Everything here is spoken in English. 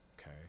Okay